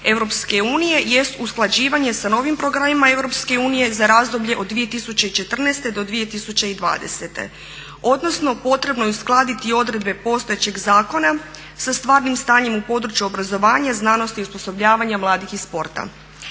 EU jest usklađivanje sa novim programima EU za razdoblje od 2014. do 2020., odnosno potrebno je uskladiti i odredbe postojećeg zakona sa stvarnim stanjem u području obrazovanja, znanosti, osposobljavanja mladih i sporta.